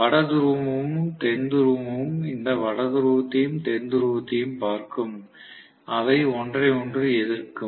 வட துருவமும் தென் துருவமும் இந்த வட துருவத்தையும் தென் துருவத்தையும் பார்க்கும் அவை ஒன்றை ஒன்று எதிர்க்கும்